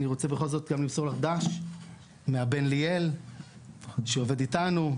אני רוצה בכל זאת גם למסור לך ד"ש מהבן ליאל שעובד איתנו,